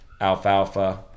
alfalfa